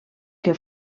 que